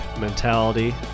mentality